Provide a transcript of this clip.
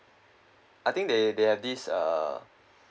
I think they they have this uh